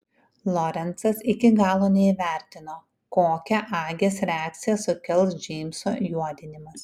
lorencas iki galo neįvertino kokią agės reakciją sukels džeimso juodinimas